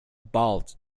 bald